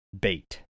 bait